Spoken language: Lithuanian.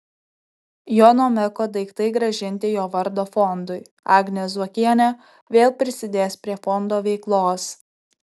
jono meko daiktai grąžinti jo vardo fondui agnė zuokienė vėl prisidės prie fondo veiklos